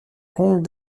kong